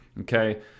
okay